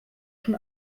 schon